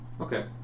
Okay